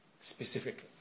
specifically